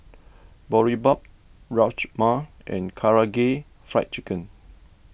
Boribap Rajma and Karaage Fried Chicken